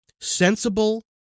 sensible